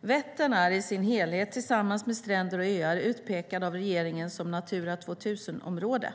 Vättern är i sin helhet, tillsammans med stränder och öar, utpekad av regeringen som Natura 2000-område.